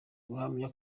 guhamya